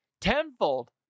tenfold